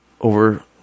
Over